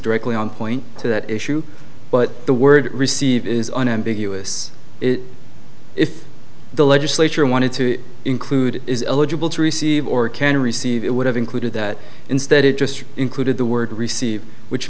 directly on point to that issue but the word received is an ambiguous if the legislature wanted to include is eligible to receive or can receive it would have included that instead it just included the word received which